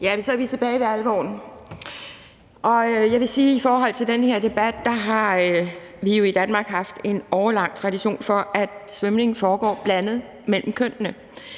Tak. Så er vi tilbage ved alvoren. Jeg vil sige i forhold til den her debat, at vi jo i Danmark har haft en årelang tradition for, at svømning foregår blandet mellem kønnene.